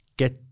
get